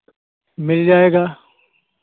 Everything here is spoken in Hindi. मिल जाएगा